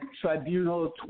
tribunal